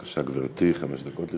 בבקשה, גברתי, חמש דקות לרשותך.